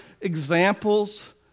examples